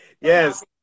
Yes